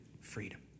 freedom